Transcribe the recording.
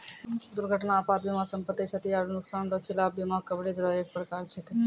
दुर्घटना आपात बीमा सम्पति, क्षति आरो नुकसान रो खिलाफ बीमा कवरेज रो एक परकार छैकै